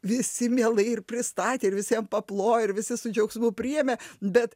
visi mielai ir pristatė ir visiem paplojo ir visi su džiaugsmu priėmė bet